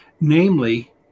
Namely